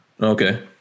okay